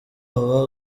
aba